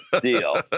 Deal